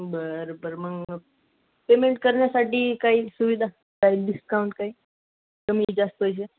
बरं बरं मग पेमेंट करण्यासाठी काही सुविधा काही डिस्काउंट काही कमी जास्त पैसे